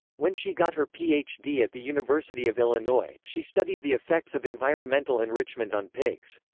when she got her ph d. at the university of illinois, she studied the effects of environmental enrichment on pigs.